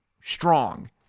strong